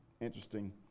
interesting